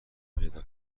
پیدا